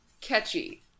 Catchy